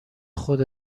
خود